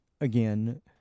again